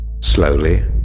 Slowly